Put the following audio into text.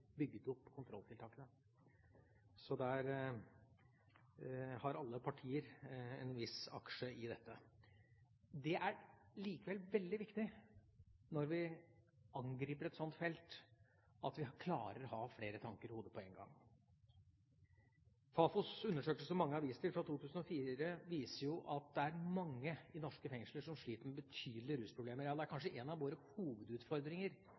opp kontrolltiltakene. Alle partier har en viss aksje i dette. Det er likevel veldig viktig, når vi angriper et slikt felt, at vi klarer å ha flere tanker i hodet på én gang. Fafos undersøkelse, som mange har vist til, fra 2004 viser jo at det er mange i norske fengsler som sliter med betydelige rusproblemer. Det er kanskje en av våre hovedutfordringer